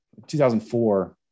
2004